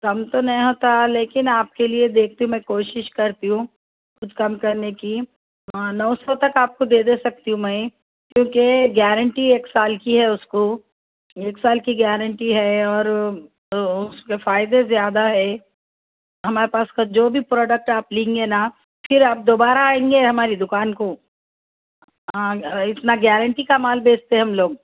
کم تو نہیں ہوتا لیکن آپ کے لیے دیکھتی میں کوشش کرتی ہوں کچھ کم کرنے کی نو سو تک آپ کو دے دے سکتی ہوں میں کیوںکہ گارنٹی ایک سال کی ہے اس کو ایک سال کی گارنٹی ہے اور اس کے فائدے زیادہ ہے ہمارے پاس کا جو بھی پروڈکٹ آپ لیں گے نہ پھر آپ دوبارہ آئیں گے ہماری دکان کو ہاں اتنا گارنٹی کا مال بیچتے ہم لوگ